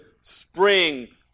spring